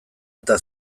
eta